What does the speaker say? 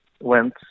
went